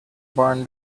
barn